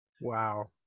Wow